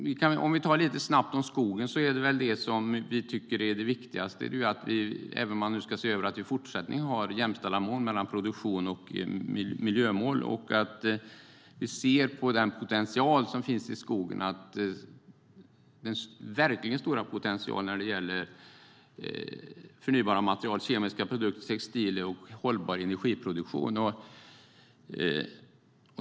I viss mån finns naturligtvis mer att se över. Om jag ska nämna skogen lite snabbt tycker vi att det viktigaste är att vi i fortsättningen har jämställda mål mellan produktion och miljö. Vi måste se den verkligt stora potential som finns i skogen när det gäller förnybara material, kemiska produkter, textilier och hållbar energiproduktion.